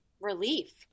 relief